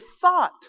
thought